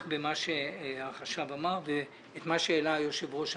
במה שהחשב אמר ובמה שהעלה היושב-ראש.